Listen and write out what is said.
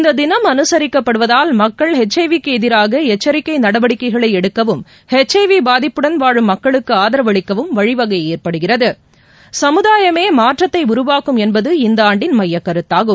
இந்த தினம் அனுசரிக்கப்படுவதால் மக்கள் எச்ஐவி க்கு எதிராக எச்சரிக்கை நடவடிக்கைகளை எடுக்கவும் எச்ஐவி பாதிப்புடன் வாழும் மக்களுக்கு ஆதரவு அளிக்கவும் வழிவகை ஏற்படுகிறதுகமுதாயமே மாற்றத்தை உருவாக்கும் என்பது இந்த ஆண்டின் மையக் கருத்தாகும்